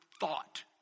thought